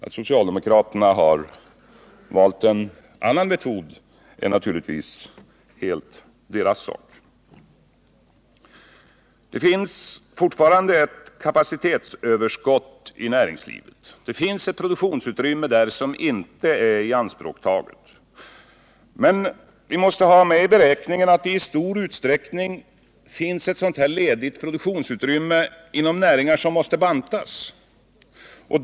Att socialdemokraterna har valt en annan metod är naturligtvis helt deras sak. Det finns fortfarande ett kapacitetsöverskott i näringslivet. Det finns ett produktionsutrymme som inte är ianspråktaget. Men vi måste ha med i beräkningen att sådana lediga produktionsutrymmen i stor utsträckning finns inom näringar som måste bantas.